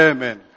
Amen